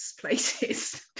places